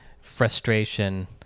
frustration